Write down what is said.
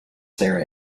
there